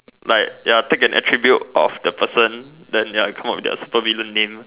like ya pick an attribute of the person then ya come up with their super villain name